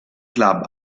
club